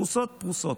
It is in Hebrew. פרוסות-פרוסות,